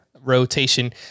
rotation